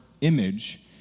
image